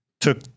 took